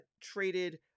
traded